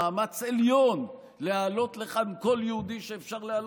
מאמץ עליון להעלות לכאן כל יהודי שאפשר להעלות,